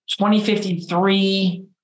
2053